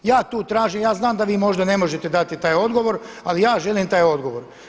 Ja tu tražim, ja znam da vi možda ne možete dati taj odgovor ali ja želim taj odgovor.